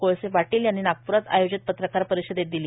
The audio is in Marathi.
कोळसे पाटील यांनी नागपूरात आयोजित पत्रकार परिषदेत दिली